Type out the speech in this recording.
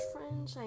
French